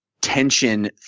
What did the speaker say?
tension